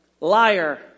Liar